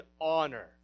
honor